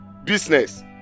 business